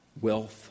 wealth